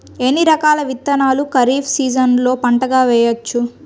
ఎన్ని రకాల విత్తనాలను ఖరీఫ్ సీజన్లో పంటగా వేయచ్చు?